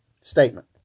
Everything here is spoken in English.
statement